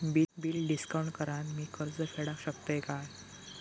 Bill discount करान मी कर्ज फेडा शकताय काय?